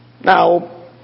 Now